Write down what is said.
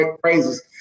praises